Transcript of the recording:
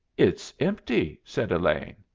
it's empty! said elaine.